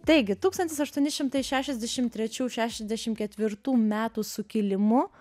taigi tūkstantis aštuoni šimtai šešiasdešimt trečių šešiasdešimt ketvirtų metų sukilimu